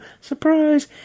surprise